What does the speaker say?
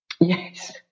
Yes